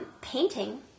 Painting